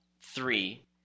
three